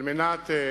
על מנת לוודא